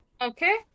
Okay